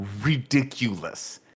ridiculous